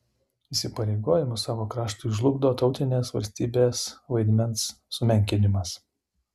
įsipareigojimus savo kraštui žlugdo tautinės valstybės vaidmens sumenkinimas